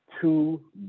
two